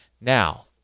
Now